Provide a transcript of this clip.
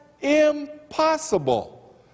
impossible